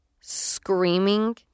screaming